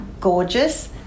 gorgeous